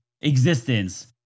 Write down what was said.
existence